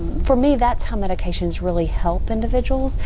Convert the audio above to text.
for me that's how medications really help individuals.